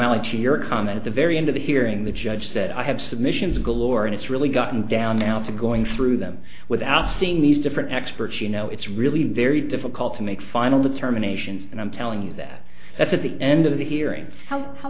analogy or comment at the very end of the hearing the judge said i have submissions galore and it's really gotten down now to going through them without seeing these different experts you know it's really very difficult to make final determinations and i'm telling you that at the end of the hearings how